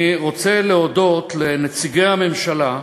אני רוצה להודות לנציגי הממשלה,